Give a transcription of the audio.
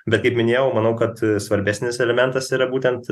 bet kaip minėjau manau kad svarbesnis elementas yra būtent